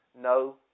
No